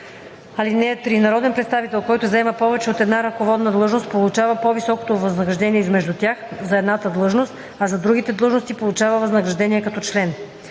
(3) Народен представител, който заема повече от една ръководна длъжност, получава по-високото възнаграждение измежду тях – за едната длъжност, а за другите длъжности – получава възнаграждение като член.